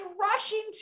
rushing